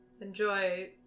Enjoy